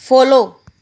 follow